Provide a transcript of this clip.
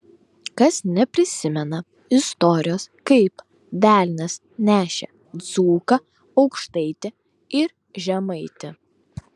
kas neprisimena istorijos kaip velnias nešė dzūką aukštaitį ir žemaitį